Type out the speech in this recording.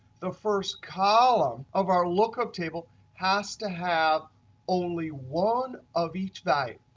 the first column of our lookup table has to have only one of each value.